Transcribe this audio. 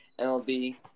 MLB